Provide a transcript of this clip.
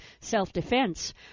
self-defense